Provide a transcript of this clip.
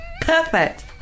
perfect